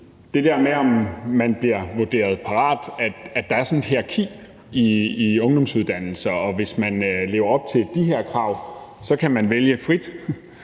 det der med, om man bliver vurderet parat, at der er sådan et hierarki i ungdomsuddannelser, og at man, hvis man lever op til de her krav, kan vælge frit;